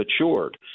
matured